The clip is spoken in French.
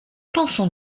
pensons